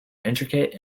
intricate